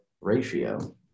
ratio